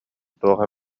туох